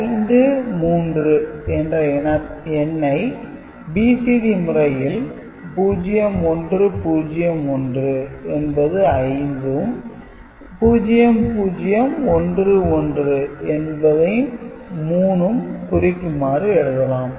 5 3 என்ற எண்ணை BCD முறையில் 0 1 0 1 என்பது 5 யும் 0 0 1 1 என்பதை 3 யும் குறிக்குமாறு எழுதாலாம்